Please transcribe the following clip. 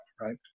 right